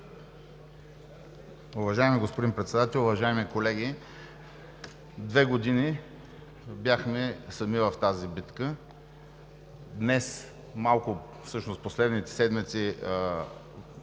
Уважаеми господин Председател, уважаеми колеги! Две години бяхме сами в тази битка. В последните седмици